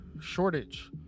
Shortage